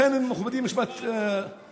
לכן, מכובדי, משפט סיכום: